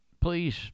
please